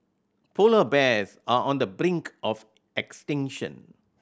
polar bears are on the brink of extinction